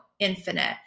infinite